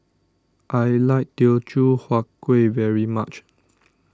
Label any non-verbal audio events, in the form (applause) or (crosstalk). I like Teochew Huat Kueh very much (noise)